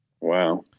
Wow